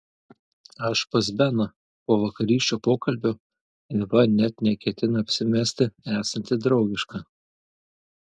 aš pas beną po vakarykščio pokalbio eva net neketina apsimesti esanti draugiška